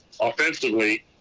Offensively